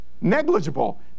Negligible